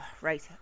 Right